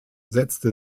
setzte